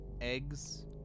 eggs